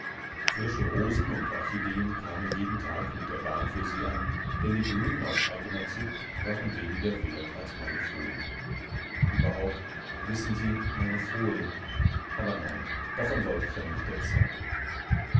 frische rosen und orchideen kamen jeden tag mit der bahn für sie an denn die blumen aus eigener zucht waren weniger wert als meine fohlen überhaupt wissen sie meine fohlen aber nein davon wollt ich ja nicht erzählen